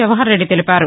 జవహర్ రెడ్డి తెలిపారు